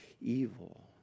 evil